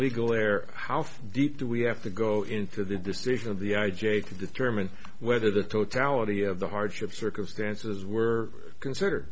legal there how deep do we have to go into the decision of the i j a to determine whether the totality of the hardship circumstances were considered